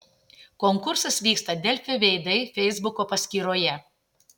konkursas vyksta delfi veidai feisbuko paskyroje